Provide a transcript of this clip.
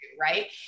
Right